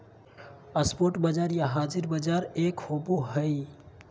spot बाजार या हाज़िर बाजार एक होबो हइ